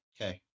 Okay